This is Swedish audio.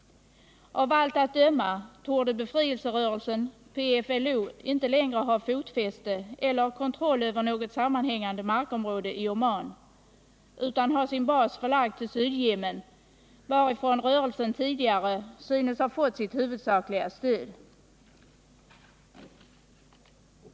Av allt att döma torde befrielserörelsen PFLO ej längre ha fotfäste i eller kontroll över något sammanhängande markområde i Oman utan ha sin bas förlagd till Sydyemen, varifrån rörelsen tidigare synes ha fått sitt huvudsakliga stöd.